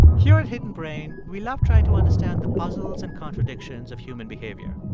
here at hidden brain, we love trying to understand the puzzles and contradictions of human behavior,